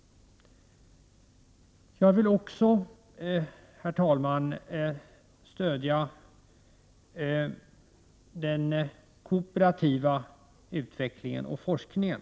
Jag vill också stödja den kooperativa utvecklingen och forskningen.